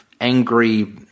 angry